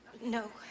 No